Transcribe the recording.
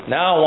Now